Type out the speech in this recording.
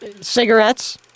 cigarettes